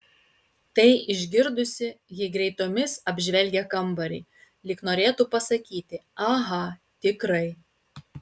tai išgirdusi ji greitomis apžvelgia kambarį lyg norėtų pasakyti aha tikrai